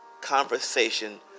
conversation